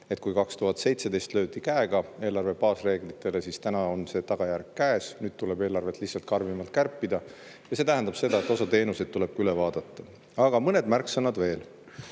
kui 2017. aastal löödi käega eelarve baasreeglitele, siis täna on tagajärg käes. Nüüd tuleb eelarvet lihtsalt karmimalt kärpida, mis tähendab seda, et osa teenuseid tuleb ka üle vaadata. Aga veel mõned märksõnad,